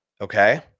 okay